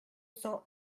cent